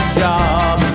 job